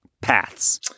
paths